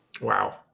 Wow